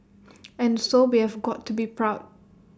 and so we have got to be proud